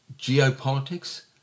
geopolitics